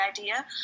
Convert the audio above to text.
idea